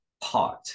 pot